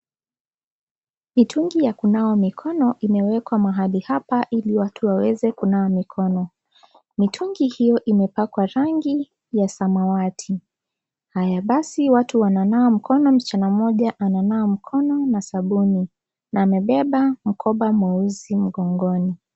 Mitungi ya kunawa mikono imewekwa mahali hapa ili watu waweze kunawa mikono. Mitungi hiyo imepakwa rangi ya samawati. Haya basi watu wananawa mkono. Msichana mmoja ananawa mkono na sabuni na amebeba mkoba mweusi mgongoni.